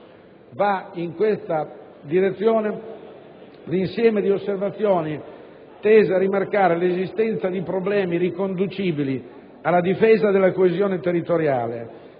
Va in questa direzione l'insieme di osservazioni teso a rimarcare l'esistenza di problemi riconducibili alla difesa della coesione territoriale,